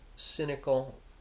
cynical